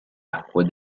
acque